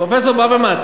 פרופסור ברוורמן,